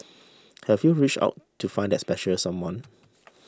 have you reached out to find that special someone